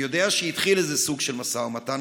אני יודע שהתחיל איזה סוג של משא ומתן,